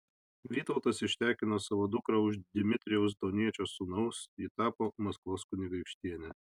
vytautas ištekino savo dukrą už dmitrijaus doniečio sūnaus ji tapo maskvos kunigaikštiene